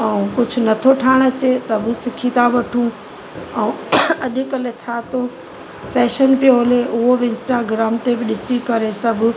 ऐं कुझु नथो ठाहिणु अचे त बि सिखी था वठूं ऐं अॼुकल्ह छा थो फैशन पियो हले उहा बि इंस्टाग्राम ते बि ॾिसी करे सभु